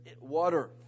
water